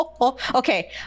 Okay